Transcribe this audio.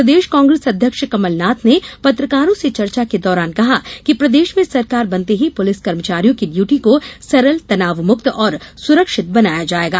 प्रदेश कांग्रेस अध्यक्ष कमलनाथ ने पत्रकारों से चर्चा के दौरान कहा कि प्रदेश में सरकार बनते ही पुलिस कर्मचारियों की ड्यूटी को सरल तनावमुक्त और सुरक्षित बनाया जायेगा